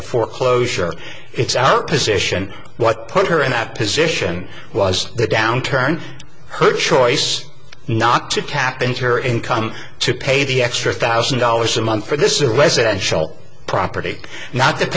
of foreclosure it's our position what put her in that position was the downturn her choice not to tap into her income to pay the extra thousand dollars a month for this or residential property not